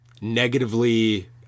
negatively